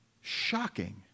shocking